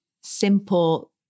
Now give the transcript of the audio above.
simple